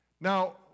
Now